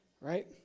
right